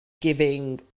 giving